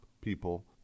people